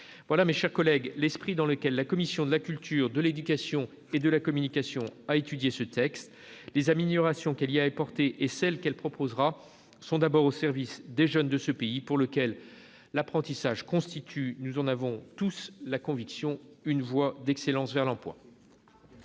Voilà, mes chers collègues, l'esprit dans lequel la commission de la culture, de l'éducation et de la communication a étudié ce texte. Les améliorations qu'elle y a apportées et celles qu'elle proposera sont d'abord au service des jeunes de ce pays, pour lesquels l'apprentissage constitue, nous en avons tous la conviction, une voie d'excellence vers l'emploi.